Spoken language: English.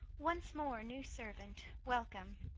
once more, new servant, welcome.